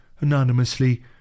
anonymously